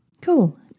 Cool